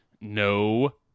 No